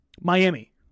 Miami